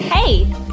Hey